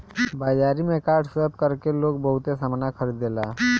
बाजारी में card swipe कर के लोग बहुते सामना खरीदेला